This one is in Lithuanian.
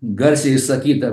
garsiai išsakyta